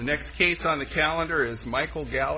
the next case on the calendar is michael